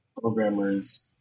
programmers